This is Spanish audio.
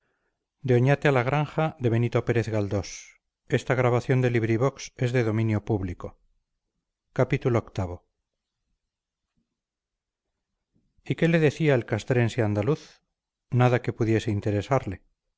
y qué le decía el castrense andaluz nada que pudiese interesarle